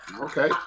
Okay